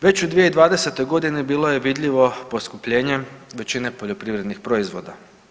Već u 2002.g. bilo je vidljivo poskupljenje većine poljoprivrednih proizvoda.